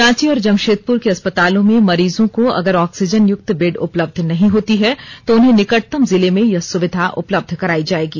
रांची और जमशेदपुर के अस्पतालों में मरीजों को अगर ऑक्सीजन युक्त बेड उपलब्ध नहीं होती है तो उन्हें निकटतम जिले में यह सुविधा उपलब्ध कराई जाएगी